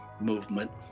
movement